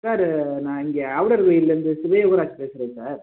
sir நான் இங்கே ஆவுடையார் கோயில்லேருந்து ராஜ் பேசுகிறேன் சார்